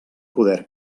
poder